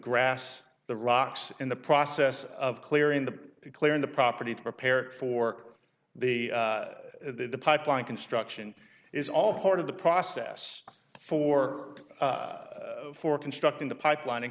grass the rocks in the process of clearing the clear in the property to prepare for the pipeline construction is all part of the process for for constructing the pipeline and